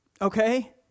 Okay